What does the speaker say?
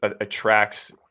attracts